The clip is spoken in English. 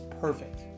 perfect